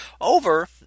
over